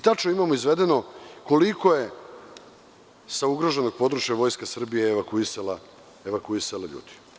Tačno imamo izvedeno koliko je sa ugroženog područja Vojska Srbije evakuisala ljudi.